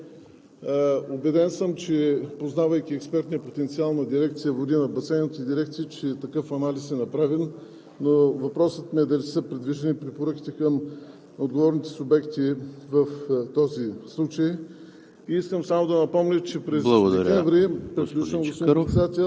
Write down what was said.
изтекло.) Приключвам, господин Председател, още две изречения. Естествено, убеден съм, че познавайки експертния потенциал на дирекция „Води“, на басейновите дирекции, такъв анализ е направен, но въпросът ми е дали са придвижени препоръките към отговорните субекти в този случай?